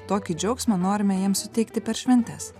tokį džiaugsmą norime jiems suteikti per šventes